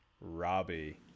robbie